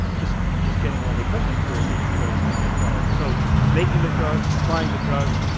just just getting all the equipment to where it needs to go is going to be a problem. so making the drug, supplying the drug,